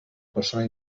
persona